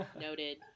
Noted